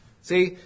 See